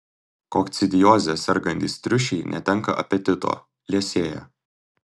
kokcidioze sergantys triušiai netenka apetito liesėja